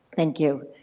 thank you.